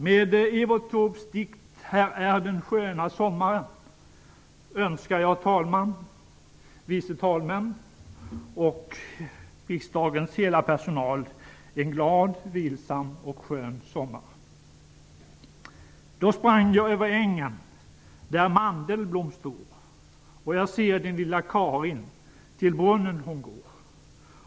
Med Evert Taubes dikt Här är den sköna sommaren önskar jag talmannen, de vice talmännen och riksdagens hela personal en glad, vilsam och skön sommar. Då sprang jag över ängarna där mandelblom står och jag ser den lilla Karin, till brunnen hon går.